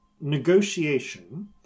negotiation